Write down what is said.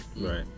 Right